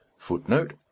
Footnote